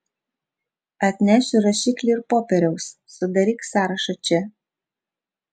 atnešiu rašiklį ir popieriaus sudaryk sąrašą čia